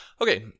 Okay